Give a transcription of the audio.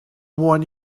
want